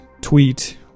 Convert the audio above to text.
tweet